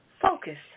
focus